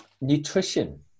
Nutrition